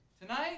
Tonight